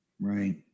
Right